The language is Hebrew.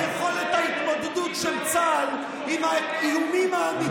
על יכולת ההתמודדות של צה"ל עם האיומים האמיתיים,